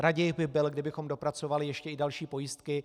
Raději bych byl, kdybychom dopracovali ještě i další pojistky.